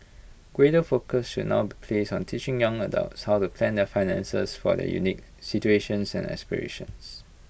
greater focus should not place on teaching young adults how to plan their finances for their unique situations and aspirations